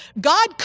God